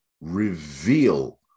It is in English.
reveal